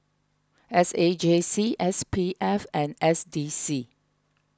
S A J C S P F and S D C